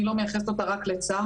אני לא מייחסת אותה רק לצה"ל.